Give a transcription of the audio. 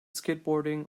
skateboarding